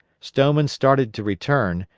stoneman started to return,